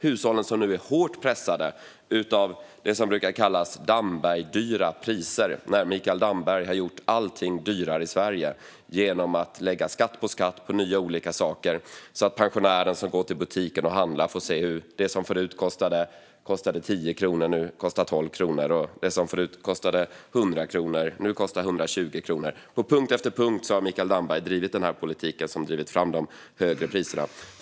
Hushållen är nu hårt pressade av det som brukar kallas Damberg-dyra priser, när Mikael Damberg har gjort allting dyrare i Sverige genom att lägga skatt på skatt på olika nya saker. Pensionären som går till butiken och handlar får se att det som förut kostade 10 kronor nu kostar 12 kronor och att det som förut kostade 100 kronor nu kostar 120 kronor. På punkt efter punkt har Mikael Damberg drivit politiken som drivit fram de högre priserna.